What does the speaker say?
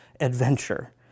adventure